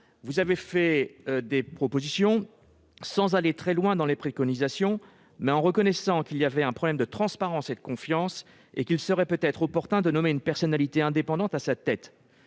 Vous avez fait des propositions, sans aller très loin dans les préconisations, mais en reconnaissant qu'il existait un problème de transparence et de confiance et qu'il serait peut-être opportun de nommer une personnalité indépendante à la tête